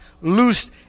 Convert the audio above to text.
loosed